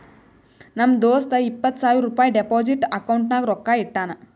ನಮ್ ದೋಸ್ತ ಇಪ್ಪತ್ ಸಾವಿರ ರುಪಾಯಿ ಡೆಪೋಸಿಟ್ ಅಕೌಂಟ್ನಾಗ್ ರೊಕ್ಕಾ ಇಟ್ಟಾನ್